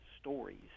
stories